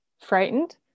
frightened